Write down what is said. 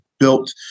Built